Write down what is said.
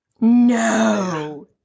No